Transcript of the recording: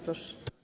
Proszę.